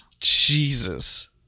Jesus